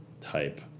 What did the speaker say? type